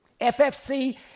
FFC